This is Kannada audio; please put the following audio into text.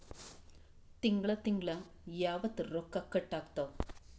ತಿಂಗಳ ತಿಂಗ್ಳ ಯಾವತ್ತ ರೊಕ್ಕ ಕಟ್ ಆಗ್ತಾವ?